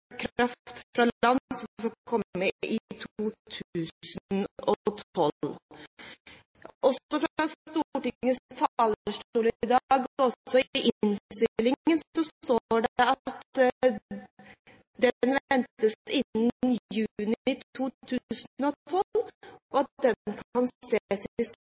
fra land som skal komme i 2012. Fra Stortingets talerstol i dag og også i innstillingen sies det at den ventes i juni 2012, og at den kan